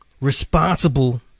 responsible